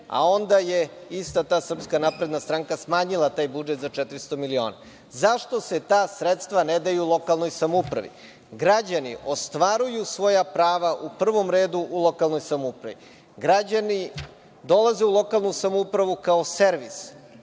a onda je ista ta SNS smanjila taj budžet za 400 miliona.Zašto se ta sredstva ne daju lokalnoj samoupravi? Građani ostvaruju svoja prava u prvom redu u lokalnoj samoupravi. Građani dolaze u lokalnu samoupravu kao servis.